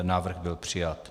Návrh byl přijat.